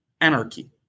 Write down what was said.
anarchy